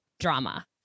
drama